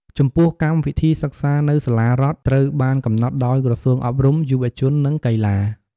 ចំពោះ កម្មវិធីសិក្សានៅសាលារដ្ឋត្រូវបាន កំណត់ដោយក្រសួងអប់រំ យុវជន និងកីឡា។